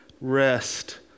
rest